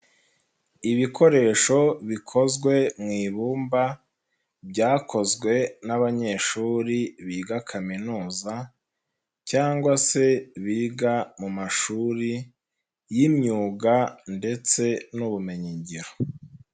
Ibikoresho bikozwe mu ibumba, byakozwe n'abanyeshuri biga kaminuza cyangwa se biga mu mashuri y'imyuga ndetse n'ubumenyingiro.